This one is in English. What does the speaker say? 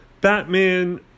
Batman